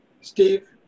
Steve